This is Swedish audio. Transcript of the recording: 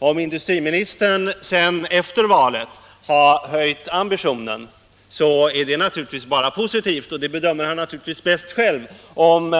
Har industriministern efter valet höjt ambitionen är det bara positivt, och den saken bedömer han naturligtvis bäst själv. Om